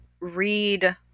read